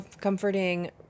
comforting